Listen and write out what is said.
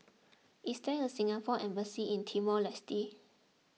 is there a Singapore Embassy in Timor Leste